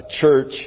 Church